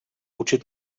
učit